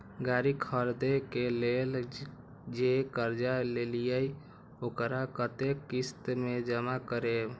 गाड़ी खरदे के लेल जे कर्जा लेलिए वकरा कतेक किस्त में जमा करिए?